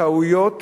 בטעויות